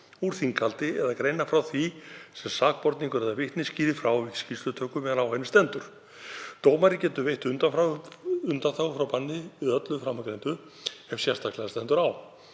úr þinghaldi eða greina frá því sem sakborningur eða vitni skýrir frá við skýrslutöku meðan á henni stendur. Dómari getur veitt undanþágu frá banni við öllu framangreindu ef sérstaklega stendur á,